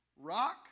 rock